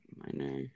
minor